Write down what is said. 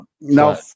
Now